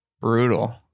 Brutal